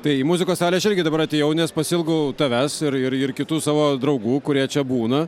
tai į muzikos salę aš irgi dabar atėjau nes pasiilgau tavęs ir ir ir kitų savo draugų kurie čia būna